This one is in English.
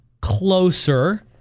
Closer